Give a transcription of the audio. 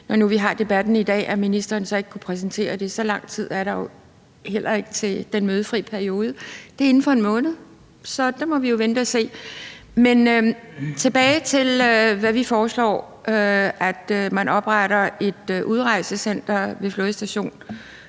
nu vi har debatten i dag, at ministeren så ikke kunne præsentere det. Så lang tid er der jo heller ikke til den mødefri periode, det er inden for en måned, så det må vi jo vente og se. Men tilbage til, hvad vi foreslår, altså at man opretter et udrejsecenter ved flådestation